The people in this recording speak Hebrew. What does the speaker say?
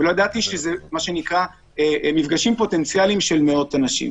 ולא ידעתי שאלה מפגשים פוטנציאליים של מאות אנשים.